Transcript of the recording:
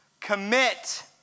commit